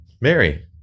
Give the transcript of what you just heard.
Mary